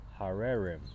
Harerim